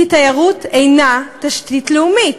כי תיירות אינה תשתית לאומית.